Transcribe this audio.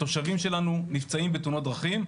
התושבים שלנו נפצעים בתאונת דרכים,